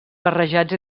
barrejats